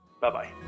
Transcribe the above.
Bye-bye